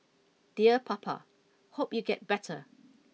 dear Papa hope you get better